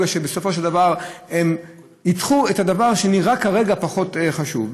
כי בסופו של דבר הן ידחו את הדבר שנראה כרגע פחות חשוב.